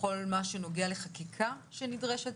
בכל מה שנוגע לחקיקה שנדרשת,